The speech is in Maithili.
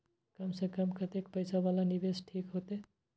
कम से कम कतेक पैसा वाला निवेश ठीक होते?